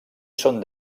són